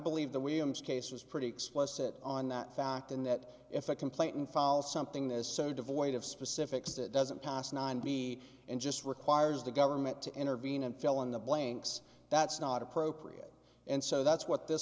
believe that we ems cases pretty explicit on that fact and that if a complaint fall something that is so devoid of specifics that doesn't cost nine b and just requires the government to intervene and fill in the blanks that's not appropriate and so that's what this